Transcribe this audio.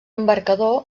embarcador